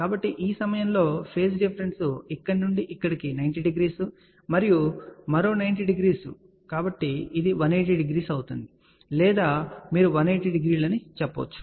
కాబట్టి ఈ సమయంలో ఫేజ్ డిఫరెన్స్ ఇక్కడ నుండి ఇక్కడకు 90 డిగ్రీలు మరో 90 డిగ్రీలు కాబట్టి ఇది మైనస్ 180 డిగ్రీ అవుతుంది లేదా మీరు 180 డిగ్రీలు చెప్పవచ్చు